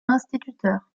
instituteur